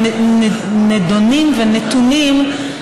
ולכן,